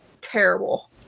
terrible